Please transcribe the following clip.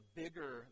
bigger